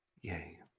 Yay